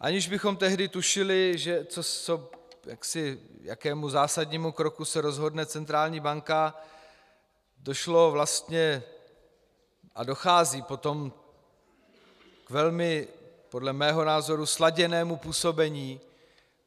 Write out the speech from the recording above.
Aniž bychom tehdy tušili, k jakému zásadnímu kroku se rozhodne centrální banka, došlo vlastně a dochází potom k velmi podle mého názoru sladěnému působení